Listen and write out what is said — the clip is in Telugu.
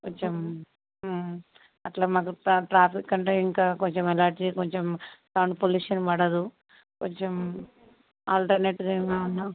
కొంచెం అట్లా మాకు ట్రా ట్రాఫిక్ అంటే ఇంకా ఎలర్జీ కొంచెం సౌండ్ పొల్యూషన్ పడదు కొంచెం ఆల్టర్నేట్గా ఏమన్న